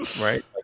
right